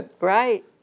Right